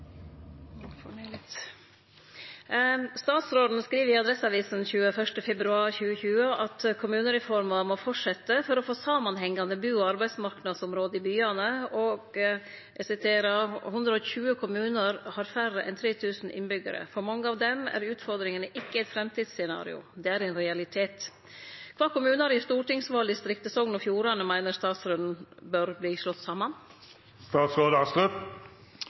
at «120 kommuner har færre enn 3 000 innbyggere. For mange av dem er utfordringene ikke et fremtidsscenario. Det er en realitet.» Kva kommunar i stortingsvaldistriktet Sogn og Fjordane meiner statsråden at bør bli slått